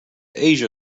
asia